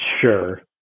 sure